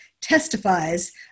testifies